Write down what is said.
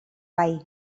bai